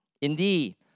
Indeed